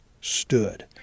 stood